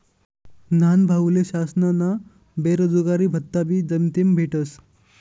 न्हानभाऊले शासनना बेरोजगारी भत्ताबी जेमतेमच भेटस